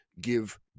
give